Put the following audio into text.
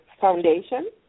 foundation